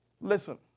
Listen